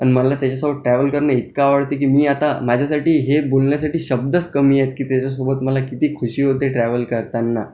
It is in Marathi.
मला त्याच्यासोबत ट्रॅव्हल करणं इतके आवडते की मी आता माझ्यासाठी हे बोलण्यासाठी शब्दच कमी आहेत की त्याच्यासोबत मला किती खुषी होते ट्रॅव्हल करताना